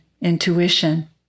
intuition